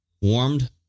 Warmed